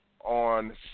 on